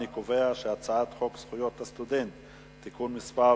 אני קובע שהצעת חוק זכויות הסטודנט (תיקון מס'